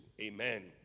Amen